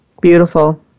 Beautiful